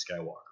Skywalker